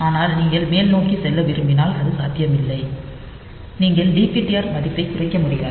ஆனால் நீங்கள் மேல்நோக்கி செல்ல விரும்பினால் அது சாத்தியமில்லை நீங்கள் டிபிடிஆர் மதிப்பைக் குறைக்க முடியாது